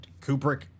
Kubrick